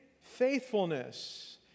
faithfulness